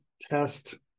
test